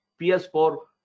ps4